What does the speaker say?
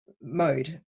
Mode